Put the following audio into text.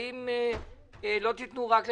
האם לא תיתנו רק לחזקים?